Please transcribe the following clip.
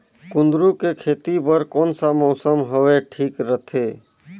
कुंदूरु के खेती बर कौन सा मौसम हवे ठीक रथे?